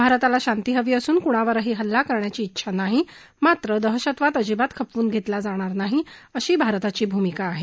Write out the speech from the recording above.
भारताला शांती हवी असून कुणावरही हल्ला करण्याची चेछा नाही मात्र दहशतवाद अजिबात खपवून घेतला जाणार नाही अशी भारताची भूमिका आहे